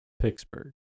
Pittsburgh